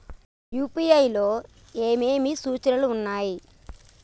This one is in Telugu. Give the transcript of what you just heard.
యూ.పీ.ఐ లో ఏమేమి సూచనలు ఉన్నాయి?